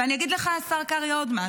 ואני אגיד לך עוד משהו,